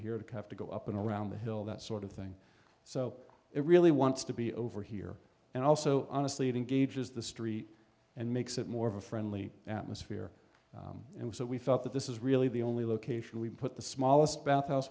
here to have to go up and around the hill that sort of thing so it really wants to be over here and also honestly it engages the street and makes it more friendly atmosphere and so we felt that this is really the only location we put the smallest bathhouse